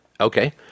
Okay